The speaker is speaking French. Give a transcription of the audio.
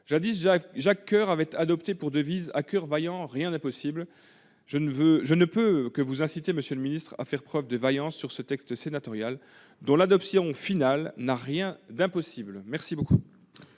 Jadis, Jacques Coeur avait adopté pour devise :« À coeur vaillant, rien d'impossible !» Je ne peux donc que vous inciter, monsieur le secrétaire d'État, à faire preuve de vaillance sur ce texte sénatorial, dont l'adoption finale n'a rien d'impossible ! La parole